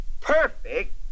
perfect